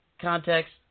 context